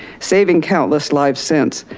saving countless lives since.